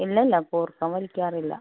ഇല്ലില്ല കൂർക്കം വലിക്കാറില്ല